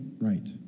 right